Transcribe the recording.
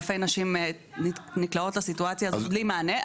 אלפי נשים נקלעות לסיטואציה הזו בלי מענה.